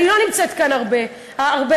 אני לא נמצאת כאן הרבה זמן,